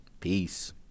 Peace